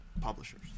publishers